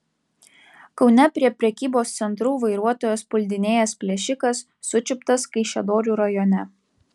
kaune prie prekybos centrų vairuotojas puldinėjęs plėšikas sučiuptas kaišiadorių rajone